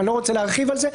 אני לא רוצה להרחיב על זה.